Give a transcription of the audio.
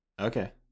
Okay